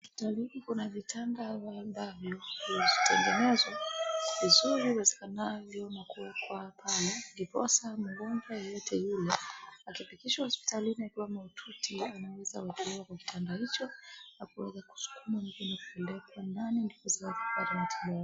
Hospitali hii kuna vitanda ambavyo vinazitengenezwa vizuri iwezekanavyo nakuwekwa pale ndiposa mgonjwa yeyote yule akifikishwa hospitalini akiwa maututi anaweza kuekelewa kitanda hicho na kuweza kusukuma inje akipelele kwa ndani ndiposa apate matibabu.